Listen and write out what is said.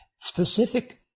specific